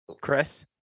Chris